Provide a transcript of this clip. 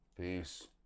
Peace